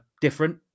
different